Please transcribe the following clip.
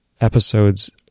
episodes